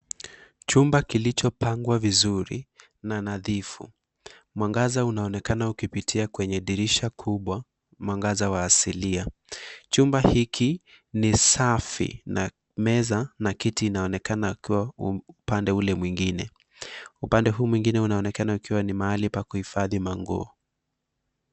Chumba kilichopangwa vizuri na nadhifu. Mwangaza unaonekana ukipitia kwenye dirisha kubwa, mwangaza wa asilia. Chumba hiki ni safi na meza na kiti inaonekana ikiwa upande ule mwingine. Upande huu mwingine unaonekana ni mahali pa kuhifadhi manguo.